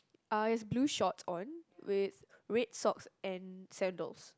uh he has blue shorts on with red socks and sandals